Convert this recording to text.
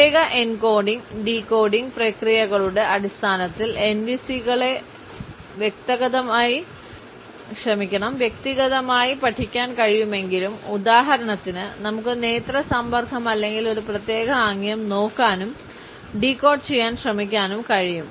പ്രത്യേക എൻകോഡിംഗ് വ്യക്തിഗതമായി പഠിക്കാൻ കഴിയുമെങ്കിലും ഉദാഹരണത്തിന് നമുക്ക് നേത്ര സമ്പർക്കം അല്ലെങ്കിൽ ഒരു പ്രത്യേക ആംഗ്യം നോക്കാനും ഡീകോഡ് ചെയ്യാൻ ശ്രമിക്കാനും കഴിയും